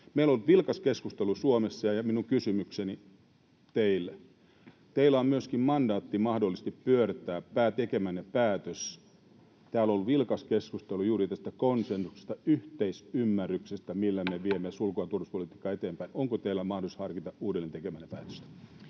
Meillä on ollut vilkas keskustelu Suomessa, ja minun kysymykseni teille on: Teillä on myöskin mandaatti mahdollisesti pyörtää tekemänne päätös. Täällä on ollut vilkas keskustelu juuri tästä konsensuksesta, yhteisymmärryksestä, millä me viemme ulko- ja turvallisuuspolitiikkaa eteenpäin. Onko teillä mahdollisuus harkita uudelleen tekemäänne päätöstä?